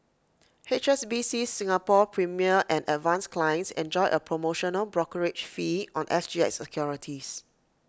H S B C Singapore's premier and advance clients enjoy A promotional brokerage fee on S G X securities